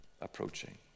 approaching